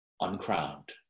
uncrowned